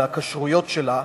מהכשרויות שלה.